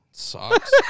Sucks